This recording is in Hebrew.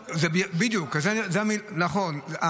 אלא --- נכון,